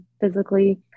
physically